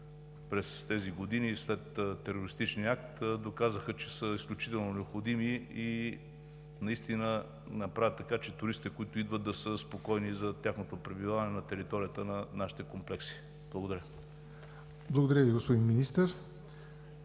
през тези години след терористичния акт доказаха, че са изключително необходими и могат да направят така, че туристите, които идват, да са спокойни за своето пребиваване на територията на нашите комплекси. Благодаря. ПРЕДСЕДАТЕЛ ЯВОР